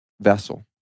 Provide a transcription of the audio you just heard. vessel